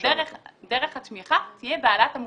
שדרך התמיכה תהיה בהעלאת המודעות.